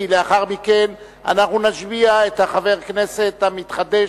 כי לאחר מכן אנחנו נשביע את חבר הכנסת המתחדש,